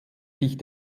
sich